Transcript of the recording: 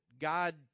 God